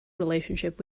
relationship